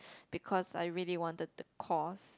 because I really wanted the course